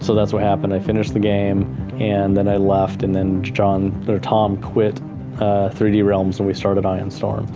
so that's what happened, i finished the game and then i left. and then john or tom quit three d realms and we started iron storm.